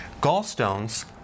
Gallstones